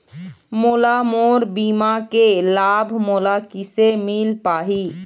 मोला मोर बीमा के लाभ मोला किसे मिल पाही?